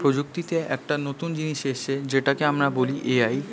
প্রযুক্তিতে একটা নতুন জিনিস এসছে যেটাকে আমরা বলি এআই